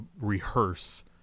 rehearse